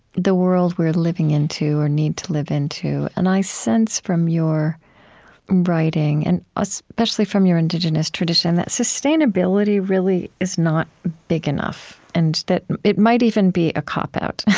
the world we're living into or need to live into. and i sense from your writing and especially from your indigenous tradition that sustainability really is not big enough, and that it might even be a cop-out.